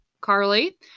Carly